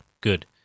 good